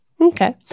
Okay